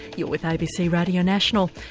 you're with abc radio national,